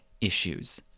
issues